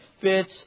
fits